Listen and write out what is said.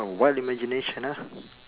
wild imagination ah